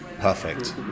perfect